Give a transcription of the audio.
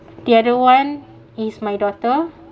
the other one is my daughter